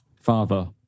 father